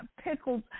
pickles